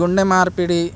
గుండె మార్పిడి